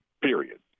period